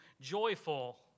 joyful